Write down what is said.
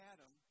Adam